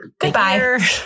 Goodbye